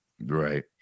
Right